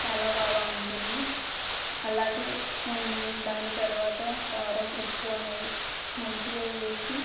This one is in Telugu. చాలా బాగా ఉంటుంది అలాగే మ్మ్ దాని తరువాత కారం ఉప్పు అనేవి మంచిగా వేసి